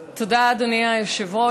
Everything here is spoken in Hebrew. תודה, אדוני היושב-ראש.